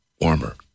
warmer